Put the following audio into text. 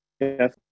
Yes